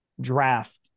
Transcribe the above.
draft